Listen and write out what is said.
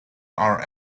are